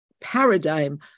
paradigm